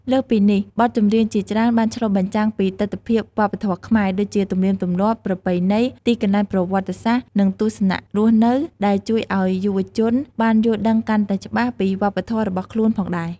លើសពីនេះ បទចម្រៀងជាច្រើនបានឆ្លុះបញ្ចាំងពីទិដ្ឋភាពវប្បធម៌ខ្មែរ ដូចជាទំនៀមទម្លាប់ ប្រពៃណី ទីកន្លែងប្រវត្តិសាស្ត្រ និងទស្សនៈរស់នៅ ដែលជួយឲ្យយុវជនបានយល់ដឹងកាន់តែច្បាស់ពីវប្បធម៌របស់ខ្លួនផងដែរ ។